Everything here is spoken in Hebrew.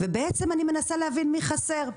ובעצם אני מנסה להבין, מי חסר?